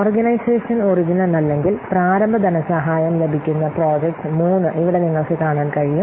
organisation original അല്ലെങ്കിൽ പ്രാരംഭ ധനസഹായം ലഭിക്കുന്ന പ്രോജക്റ്റ് 3 ഇവിടെ നിങ്ങൾക്ക് കാണാൻ കഴിയും